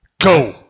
Go